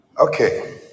Okay